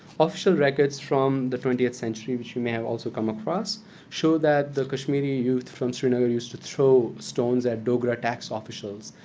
official records from the twentieth century but you may also come across show that the kashmiri youth from srinagar used to throw stones at dogra tax ah officials